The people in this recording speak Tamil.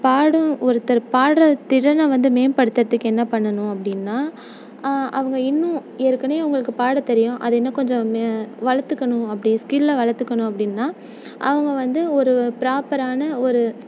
பாடும் ஒருத்தர் பாடுகிற திறனை வந்து மேம்படுத்துறதுக்கு என்ன பண்ணனும் அப்படினா அவங்க இன்னும் ஏற்கனவே இவங்களுக்கு பாட தெரியும் அதை இன்னும் கொஞ்ச வளர்த்துக்கணும் அப்படி ஸ்கிலில் வளர்த்துக்கணும் அப்படினா அவங்க வந்து ஒரு ப்ராப்பரான ஒரு